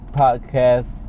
podcast